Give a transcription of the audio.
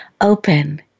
open